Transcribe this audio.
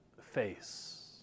face